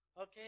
Okay